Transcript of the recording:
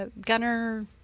Gunner